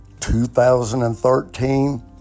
2013